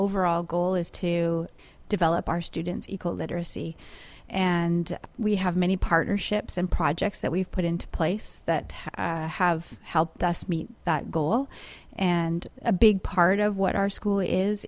overall goal is to develop our students equal literacy and we have many partnerships and projects that we've put into place that have helped us meet that goal and a big part of what our school is